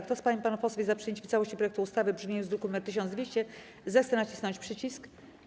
Kto z pań i panów posłów jest za przyjęciem w całości projektu ustawy w brzmieniu z druku nr 1200, zechce nacisnąć przycisk.